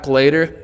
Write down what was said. later